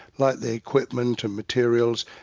like the equipment and materials,